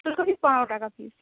ফুলকপি পনেরো টাকা পিস